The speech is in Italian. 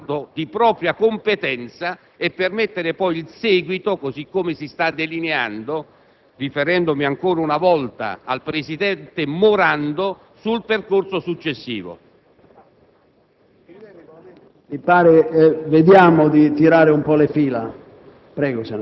Pertanto, signor Presidente, siamo convinti che ella vorrà svolgere appieno quanto di propria competenza e permettere poi il seguito, così come si sta delineando, riferendomi ancora una volta al presidente Morando, del percorso successivo.